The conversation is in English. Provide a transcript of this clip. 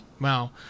Wow